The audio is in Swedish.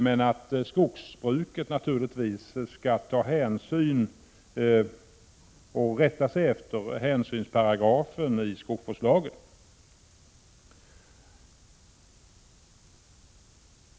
Men naturligtvis skall skogsbruket rätta sig efter hänsynsparagrafen i skogsvårdslagen.